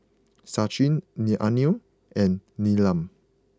Sachin Lee Anil and Neelam